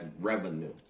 revenue